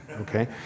Okay